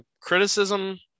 criticism